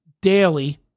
daily